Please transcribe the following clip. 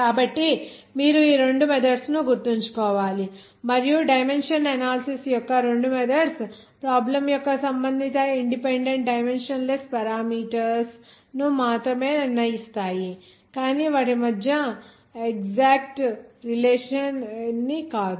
కాబట్టి మీరు ఈ రెండు మెథడ్స్ ను గుర్తుంచుకోవాలి మరియు డైమెన్షన్ అనాలసిస్ యొక్క రెండు మెథడ్స్ ప్రాబ్లెమ్ యొక్క సంబంధిత ఇండిపెండెంట్ డైమెన్షన్ లెస్ పారామీటర్స్ ను మాత్రమే నిర్ణయిస్తాయి కానీ వాటి మధ్య ఎక్సాక్ట్ రిలేషన్ ని కాదు